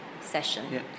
session